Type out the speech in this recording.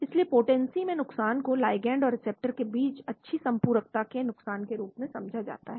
इसलिए पोटेंसी में नुकसान को लिगैंड और रिसेप्टर के बीच अच्छी संपूरकता के नुकसान के रूप में समझा जाता है